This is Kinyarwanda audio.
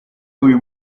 uyu